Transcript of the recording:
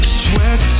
sweat